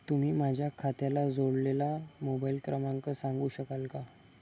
तुम्ही माझ्या खात्याला जोडलेला मोबाइल क्रमांक सांगू शकाल का?